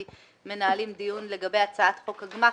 אנחנו מנהלים דיון לגבי הצעת חוק הגמ"חים,